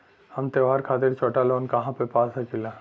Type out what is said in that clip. हम त्योहार खातिर छोटा लोन कहा पा सकिला?